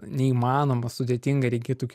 neįmanoma sudėtinga reikėtų